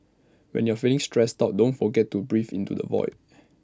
when you are feeling stressed out don't forget to breathe into the void